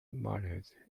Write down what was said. mannered